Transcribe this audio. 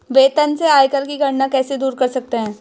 वेतन से आयकर की गणना कैसे दूर कर सकते है?